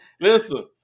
Listen